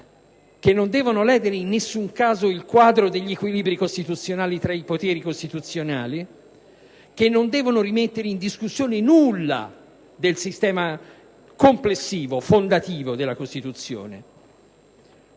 che non devono ledere in nessun caso il quadro degli equilibri costituzionali tra i poteri costituzionali, che non devono rimettere in discussione nulla del sistema complessivo, fondativo della Costituzione.